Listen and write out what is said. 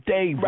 Day